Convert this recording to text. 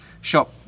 shop